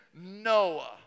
Noah